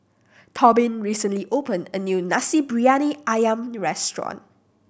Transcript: Tobin recently opened a new Nasi Briyani Ayam restaurant